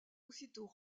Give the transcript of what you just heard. aussitôt